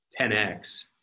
10X